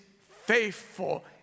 faithful